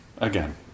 again